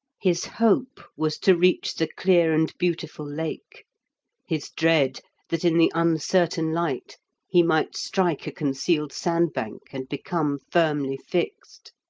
his hope was to reach the clear and beautiful lake his dread that in the uncertain light he might strike a concealed sandbank and become firmly fixed.